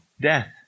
death